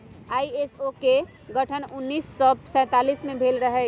ISO के गठन सन उन्नीस सौ सैंतालीस में भेल रहै